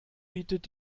bietet